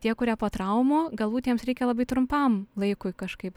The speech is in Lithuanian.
tie kurie po traumų galbūt jiems reikia labai trumpam laikui kažkaip